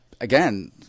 Again